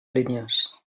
línies